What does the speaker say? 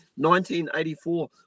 1984